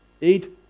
Eat